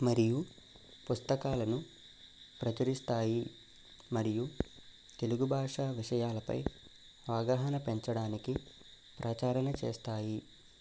మరియు పుస్తకాలను ప్రచురిస్తాయి మరియు తెలుగు భాష విషయాలపై అవగాహన పెంచడానికి ప్రచారణ చేస్తాయి